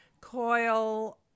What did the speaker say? coil